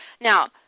Now